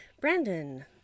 Brandon